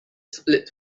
split